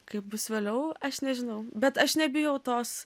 kaip bus vėliau aš nežinau bet aš nebijau tos